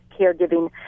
caregiving